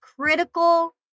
critical